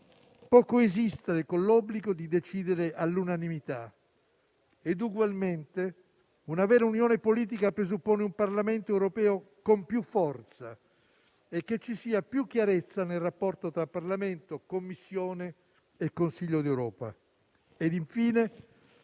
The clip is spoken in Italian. può coesistere con l'obbligo di decidere all'unanimità. Ugualmente, una vera unione politica presuppone un Parlamento europeo con più forza e che ci sia più chiarezza nel rapporto tra Parlamento, Commissione e Consiglio d'Europa. Infine,